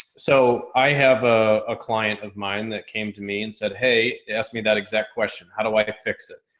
so i have a client of mine that came to me and said, hey, asked me that exact question, how do i fix it?